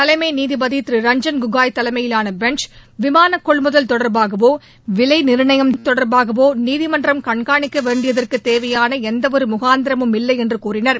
தலைமை நீதிபதி திரு ரஞ்சன் கோகாய் தலைமையிலான பெஞ்ச் விமான கொள்முதல் தொடர்பாகவோ விலை நிர்ணயம் தொடர்பாகவோ நீதிமன்றம் கண்காணிக்க வேண்டியதற்கு தேவையான எந்தவொரு ஆதாரமும் இல்லை என்று கூறினர்